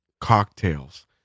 cocktails